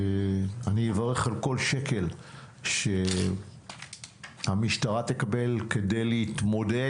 אני אברך על כל שקל שהמשטרה תקבל כדי להתמודד